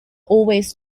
always